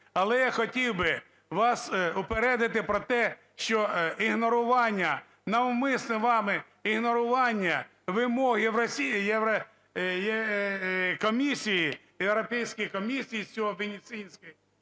Але я хотів би вас упередити про те, що ігнорування, навмисне вами ігнорування вимоги в… Єврокомісії, Європейської комісії